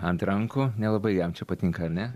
ant rankų nelabai jam čia patinka ar ne